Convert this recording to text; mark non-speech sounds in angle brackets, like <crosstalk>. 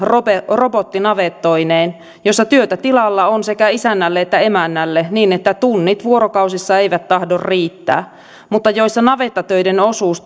robottinavettoineen joissa työtä tilalla on sekä isännälle että emännälle niin että tunnit vuorokausissa eivät tahdo riittää mutta joissa navettatöiden osuus <unintelligible>